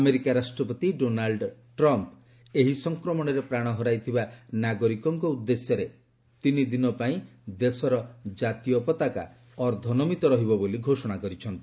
America ରାଷ୍ଟ୍ରପତି Donald Trump ଏହି ସଂକ୍ରମଣରେ ପ୍ରାଣ ହରାଇଥିବା ନାଗରିକଙ୍କ ଉଦ୍ଦେଶ୍ୟରେ ତିନି ଦିନ ପାଇଁ ଦେଶର ଜାତୀୟ ପତାକା ଅର୍ଦ୍ଧନମିତ ରହିବ ବୋଲି ଘୋଷଣା କରିଛନ୍ତି